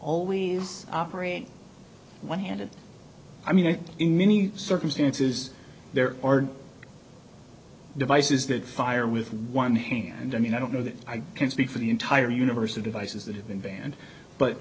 always operate one handed i mean in many circumstances there are devices that fire with one hand i mean i don't know that i can speak for the entire universe of devices that have been banned but